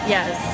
Yes